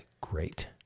great